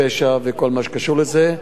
הפשע וכל מה שקשור לזה,